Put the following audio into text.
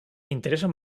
intereso